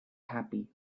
happy